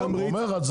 לילה טוב?